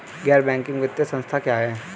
गैर बैंकिंग वित्तीय संस्था क्या है?